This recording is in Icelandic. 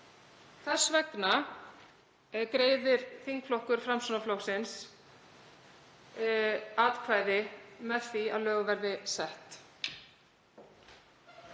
Þess vegna greiðir þingflokkur Framsóknarflokksins atkvæði með því að lög verði sett.